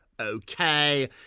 Okay